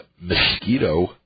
mosquito